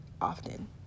often